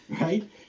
right